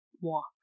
walk